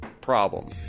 problem